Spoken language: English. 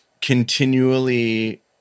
continually